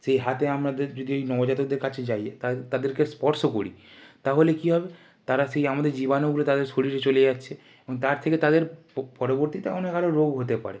সেই হাতে আমাদের যদি এই নবজাতকদের কাছে যাই তাদেরকে স্পর্শ করি তাহলে কী হবে তারা সেই আমাদের জীবাণুগুলো তাদের শরীরে চলে যাচ্ছে এবং তার থেকে তাদের পরবর্তীতে অনেক আরো রোগ হতে পারে